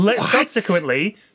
Subsequently